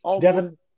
Devin